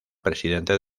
presidente